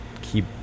keep